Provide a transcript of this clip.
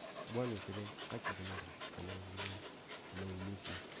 bwanu chire ka chaknidu kano wule kano wule fiye